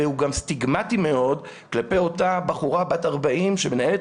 והוא גם סטיגמטי מאוד עבור אותה אישה בת 40 שמנהלת